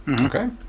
Okay